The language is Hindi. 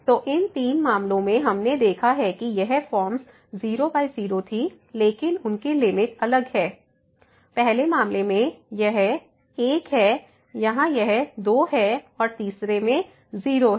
तो इन तीनों मामलों में हमने देखा है कि ये फॉर्म्स 00 थी लेकिन उनकी लिमिट अलग हैं पहले मामले में यह 1 है यहां यह 2 है और तीसरे में 0 है